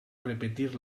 repetir